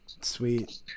Sweet